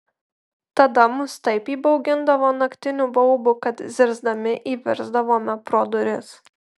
tada mus taip įbaugindavo naktiniu baubu kad zirzdami įvirsdavome pro duris